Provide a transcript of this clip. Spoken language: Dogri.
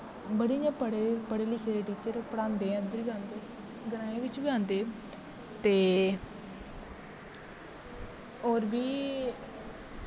बड़े इ'यां पढ़े पढ़े लिखे दे टीचर पढ़ांदे ऐ उद्धर बी ग्राएं बिच्च बी आंदे ते होर बी